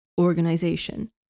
organization